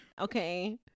okay